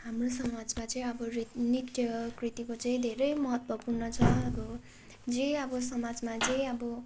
हाम्रो समाजमा चाहिँ अब रीत नृत्य कृतिको चाहिँ धेरै महत्त्वपूर्ण छ अब जे अब समाजमा जे अब